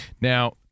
Now